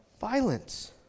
Violence